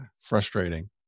frustrating